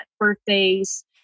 Birthdays